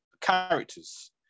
characters